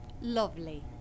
Lovely